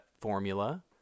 formula